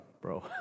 bro